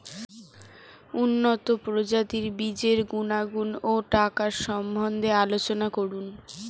উন্নত প্রজাতির বীজের গুণাগুণ ও টাকার সম্বন্ধে আলোচনা করুন